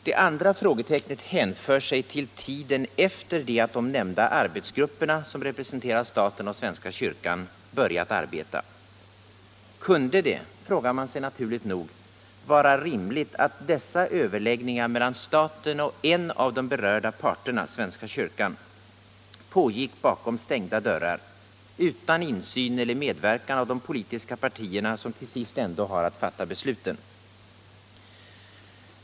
Det andra frågetecknet hänför sig till tiden efter det att de nämnda arbetsgrupperna, som representerar staten och svenska kyrkan, börjat arbeta. Kunde det, frågar man sig naturligt nog, vara rimligt att dessa överläggningar mellan staten och en av de berörda parterna, svenska kyrkan, pågick bakom stängda dörrar utan insyn eller medverkan av de politiska partierna som till sist ändå har att fatta besluten?